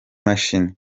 mashini